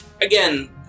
again